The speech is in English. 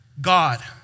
God